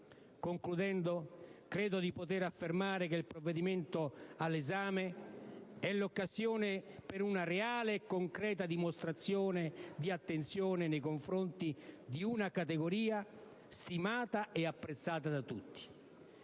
Concludendo, credo di poter affermare che il provvedimento all'esame è l'occasione per una reale e concreta dimostrazione di attenzione nei confronti di una categoria stimata e apprezzata da tutti.